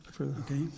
Okay